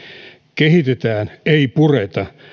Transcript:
kehitetään ei pureta